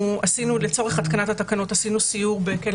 לצורך התקנת התקנות עשינו סיור בכלא